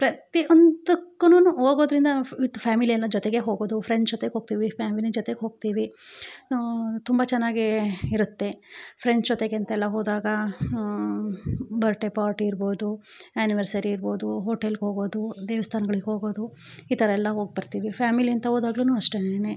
ಪ್ರತಿ ಒಂದಕ್ಕೂನು ಹೋಗೋದ್ರಿಂದ ವಿತ್ ಫ್ಯಾಮಿಲಿಯೆಲ್ಲಾ ಜೊತೆಗೇ ಹೋಗೋದು ಫ್ರೆಂಡ್ ಜೊತೆಗೆ ಹೋಗ್ತಿವಿ ಫ್ಯಾಮಿಲಿ ಜೊತೆಗೆ ಹೋಗ್ತಿವಿ ತುಂಬ ಚೆನ್ನಾಗಿ ಇರುತ್ತೆ ಫ್ರೆಂಡ್ಸ್ ಜೊತೆಗೆ ಅಂತೆಲ್ಲಾ ಹೋದಾಗ ಬರ್ಡೇ ಪಾರ್ಟಿ ಇರ್ಬೋದು ಆ್ಯನಿವರ್ಸರಿ ಇರ್ಬೋದು ಹೋಟೆಲ್ಗೆ ಹೋಗೋದು ದೇವಸ್ಥಾನಗಳಿಗೆ ಹೋಗೋದು ಈ ಥರೆಲ್ಲ ಹೋಗಿಬರ್ತೀವಿ ಫ್ಯಾಮಿಲಿ ಅಂತ ಹೋದಾಗ್ಲೂ ಅಷ್ಟೇನೆ